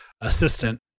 assistant